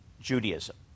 Judaism